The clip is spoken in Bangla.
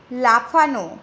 লাফানো